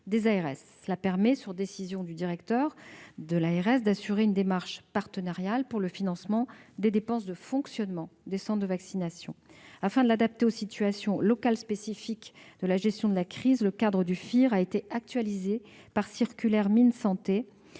Cela permet, sur décision du directeur général de chaque ARS, d'assurer une démarche partenariale pour le financement des dépenses de fonctionnement des centres de vaccination. Afin de l'adapter aux situations locales spécifiques à la gestion de la crise sanitaire, le cadre du FIR a été actualisé par une circulaire MinSanté